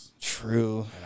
True